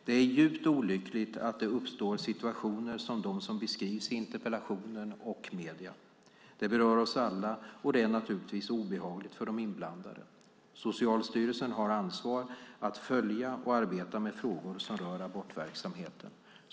Det är djupt olyckligt att det uppstår situationer som de som beskrivs i interpellationen och i medierna. Det berör oss alla, och det är naturligtvis obehagligt för de inblandade. Socialstyrelsen har ansvar att följa och arbeta med frågor som rör abortverksamheten.